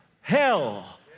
hell